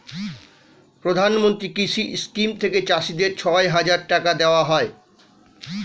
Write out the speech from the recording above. প্রধানমন্ত্রী কৃষি স্কিম থেকে চাষীদের ছয় হাজার টাকা দেওয়া হয়